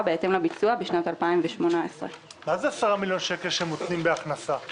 בהתאם לביצוע בשנת 2018. מה זה 10 מיליון שקלים שמותנים בהכנסה?